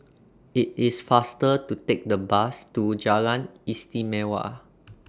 IT IS faster to Take The Bus to Jalan Istimewa